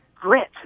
grit